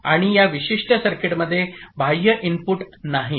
आणि या विशिष्ट सर्किटमध्ये बाह्य इनपुट नाहीत